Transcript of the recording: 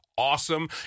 Awesome